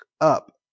up